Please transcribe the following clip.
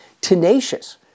tenacious